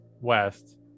west